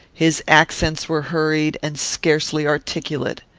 his accents were hurried, and scarcely articulate.